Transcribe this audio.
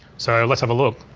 so let's have a look.